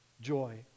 joy